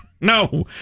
No